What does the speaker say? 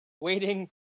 waiting